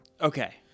Okay